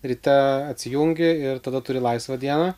ryte atsijungi ir tada turi laisvą dieną